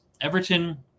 Everton